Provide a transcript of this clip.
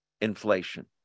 inflation